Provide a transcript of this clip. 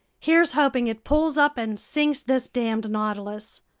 here's hoping it pulls up and sinks this damned nautilus!